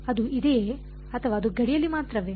ಅದು ಇದೆಯೇ ಅಥವಾ ಅದು ಗಡಿಯಲ್ಲಿ ಮಾತ್ರವೇ